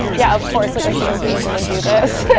yeah, of course, like a cs major would do this.